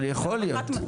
אבל יכול להיות,